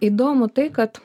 įdomu tai kad